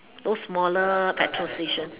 those smaller petrol station